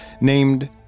named